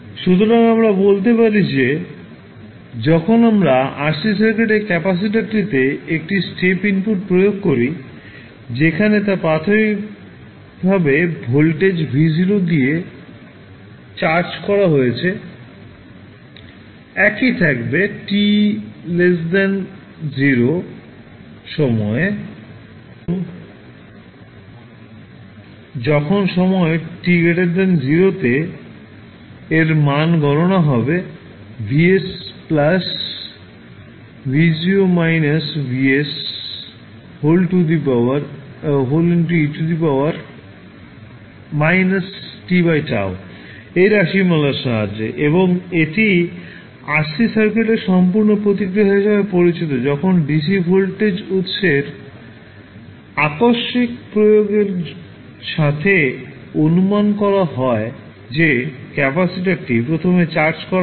সুতরাং আমরা বলতে পারি যে যখন আমরা RC সার্কিটের ক্যাপাসিটরটিতে একটি স্টেপ ইনপুট প্রয়োগ করি যেখানে তা প্রাথমিকভাবে ভোল্টেজ V0 দিয়ে চার্জ করা হয়েছে একই থাকবে t 0 সময়ে এবং যখন সময় t 0 তে এর মান গণনা করা হবে এই রাশিমালার সাহায্যে এবং এটি RC সার্কিটের সম্পূর্ণ প্রতিক্রিয়া হিসাবে পরিচিত যখন ডিসি ভোল্টেজ উত্সের আকস্মিক প্রয়োগের সাথে অনুমান করা হয় যে ক্যাপাসিটারটি প্রথমে চার্জ করা থাকে